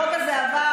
החוק הזה עבר,